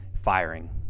firing